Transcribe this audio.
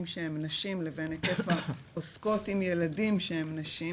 שהם נשים לבין העוסקות עם ילדים שהן נשים,